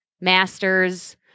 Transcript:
masters